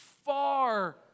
Far